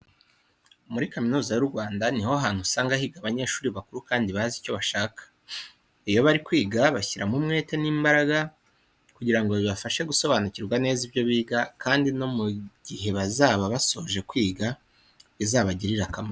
Muri Kaminuza y'u Rwanda ni ho hantu usanga higa abanyeshuri bakuru kandi baba bazi icyo bashaka. Iyo bari kwiga bashyiramo umwete n'imbaraga kugira ngo bibafashe gusobanukirwa neza ibyo biga kandi no mu gihe bazaba basoje kwiga bizabagirire akamaro.